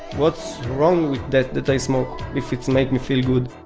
what's wrong with that, that i smoke if it makes me feel good?